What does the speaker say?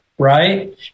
Right